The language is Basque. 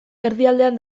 erdialdean